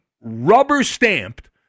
rubber-stamped